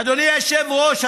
אדוני היושב-ראש,